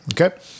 okay